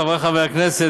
חברי חברי הכנסת,